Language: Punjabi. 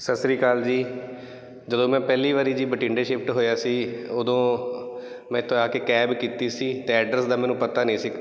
ਸਤਿ ਸ਼੍ਰੀ ਅਕਾਲ ਜੀ ਜਦੋਂ ਮੈਂ ਪਹਿਲੀ ਵਾਰੀ ਜੀ ਬਠਿੰਡੇ ਸ਼ਿਫਟ ਹੋਇਆ ਸੀ ਉਦੋਂ ਮੈਥੋਂ ਆ ਕੇ ਕੈਬ ਕੀਤੀ ਸੀ ਅਤੇ ਐਡਰਸ ਦਾ ਮੈਨੂੰ ਪਤਾ ਨਹੀਂ ਸੀ